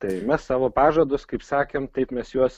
tai ir mes savo pažadus kaip sakėm taip mes juos